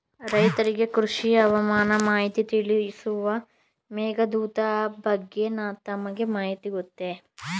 ರೈತರಿಗೆ ಕೃಷಿ ಹವಾಮಾನ ಮಾಹಿತಿ ತಿಳಿಸುವ ಮೇಘದೂತ ಆಪ್ ಬಗ್ಗೆ ತಮಗೆ ಮಾಹಿತಿ ಗೊತ್ತೇ?